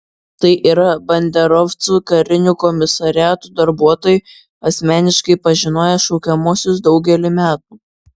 tai yra banderovcų karinių komisariatų darbuotojai asmeniškai pažinoję šaukiamuosius daugelį metų